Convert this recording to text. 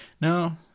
No